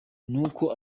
nuko